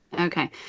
Okay